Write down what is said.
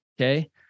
Okay